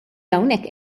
hawnhekk